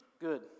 Good